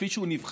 כפי שהוא נבחר,